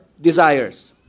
desires